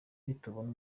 nitubona